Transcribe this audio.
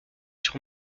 sur